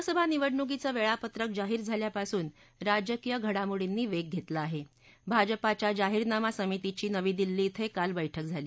लोकसभा निवडणुकीचं वळिपत्रक जाहीर झाल्यापासून राजकीय घडामोर्डीनी वा घटामोर्डीनी आह आजपाच्या जाहीरनामा समितीची नवी दिल्ली धिं काल बर्क्क झाली